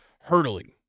hurtling